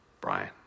Brian